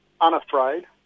unafraid